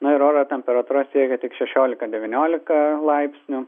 na ir oro temperatūra siekia šešiolika devyniolika laipsnių